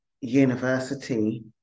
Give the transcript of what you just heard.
university